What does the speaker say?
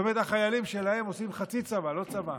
נא לסכם.